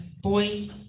boy